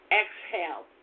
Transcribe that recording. exhale